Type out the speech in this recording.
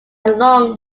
along